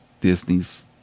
Disney's